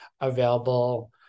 available